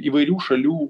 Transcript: įvairių šalių